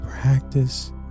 practice